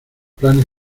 planes